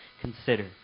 consider